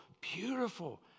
beautiful